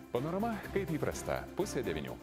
panorama kaip įprasta pusę devynių